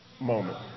moment